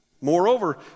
Moreover